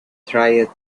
tried